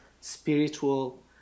spiritual